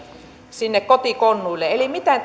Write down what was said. sinne kotikonnuille eli miten